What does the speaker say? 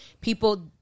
people